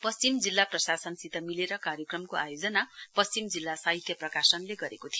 पश्चिम जिल्ला प्रशासनसित मिलेर कार्यक्रमको आयोजना पश्चिम जिल्ला साहित्य प्रकाशले गरेको थियो